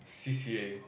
c_c_a